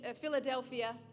Philadelphia